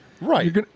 Right